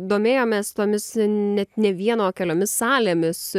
domėjomės tomis net ne vienu o keliomis salėmis